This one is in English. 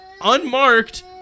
unmarked